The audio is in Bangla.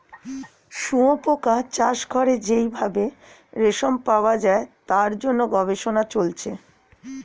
শুয়োপোকা চাষ করে যেই ভাবে রেশম পাওয়া যায় তার জন্য গবেষণা চলছে